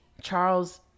Charles